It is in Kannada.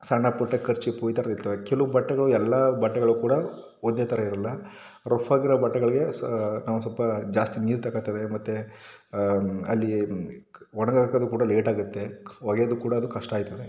ಸಣ್ಣ ಪುಟ್ಟ ಕರ್ಚಿಪು ಈ ಥರದ್ದು ಇರ್ತವೆ ಕೆಲವು ಬಟ್ಟೆಗಳು ಎಲ್ಲ ಬಟ್ಟೆಗಳು ಕೂಡ ಒಂದೇ ಥರ ಇರೋಲ್ಲ ರಫಾಗಿರೋ ಬಟ್ಟೆಗಳಿಗೆ ನಾವು ಸ್ವಲ್ಪ ಜಾಸ್ತಿ ನೀರು ತಗೋಳ್ತೇವೆ ಮತ್ತು ಅಲ್ಲಿ ಒಣಗಿ ಹಾಕೋದು ಕೂಡ ಲೇಟಾಗುತ್ತೆ ಒಗೆದು ಕೂಡ ಅದು ಕಷ್ಟ ಆಯ್ತದೆ